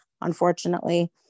unfortunately